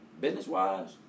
business-wise